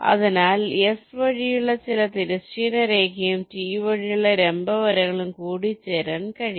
അതിനാൽ എസ് വഴിയുള്ള ചില തിരശ്ചീന രേഖയും ടി വഴിയുള്ള ലംബ വരകളും കൂടിച്ചേരാൻ കഴിയും